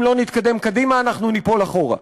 אם לא נתקדם קדימה אנחנו ניפול אחורה,